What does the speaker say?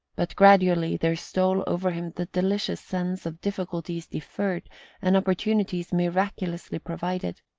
but gradually there stole over him the delicious sense of difficulties deferred and opportunities miraculously provided.